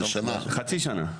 חצי שנה.